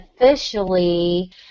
officially